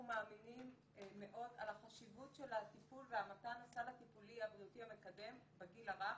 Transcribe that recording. מאמינים מאוד בחשיבות של הטיפול ומתן הסל הטיפולי הבריאותי המקדם בגיל הרך,